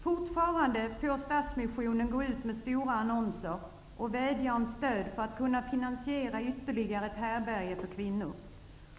Stadsmissionen får fortfarande gå ut med stora annonser och vädja om stöd för att kunna finansiera ytterligare ett härbärge för kvinnor.